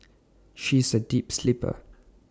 she is A deep sleeper